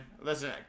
listen